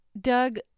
Doug